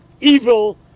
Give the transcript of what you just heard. evil